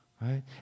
Right